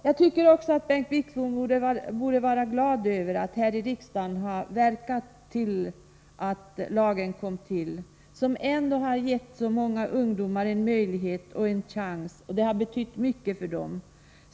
Jag tycker också att Bengt Wittbom borde vara glad över att han här i riksdagen har medverkat till att lagen kom till. Den har ändå gett så många ungdomar en chans och betytt mycket för dem.